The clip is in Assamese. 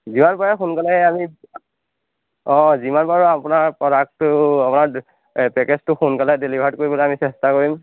যিমান পাৰে সোনকালে আমি অঁ যিমান পাৰোঁ আপোনাৰ প্ৰডাক্টটো পেকেজটো সোনকালে ডেলিভাৰ্ড কৰিবলৈ আমি চেষ্টা কৰিম